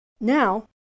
Now